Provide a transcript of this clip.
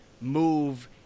move